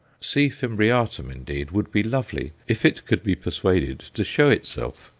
c. fimbriatum, indeed, would be lovely if it could be persuaded to show itself.